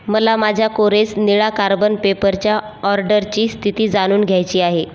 मला माझ्या कोरेस निळा कार्बन पेपरच्या ऑर्डरची स्थिती जाणून घ्यायची आहे